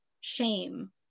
shame